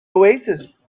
oasis